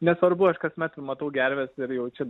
nesvarbu aš kasmet matau gerves ir jau čia